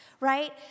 Right